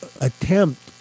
attempt